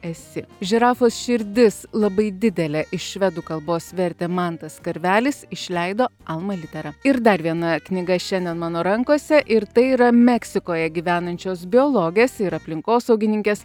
esi žirafos širdis labai didelė iš švedų kalbos vertė mantas karvelis išleido alma littera ir dar viena knyga šiandien mano rankose ir tai yra meksikoje gyvenančios biologės ir aplinkosaugininkės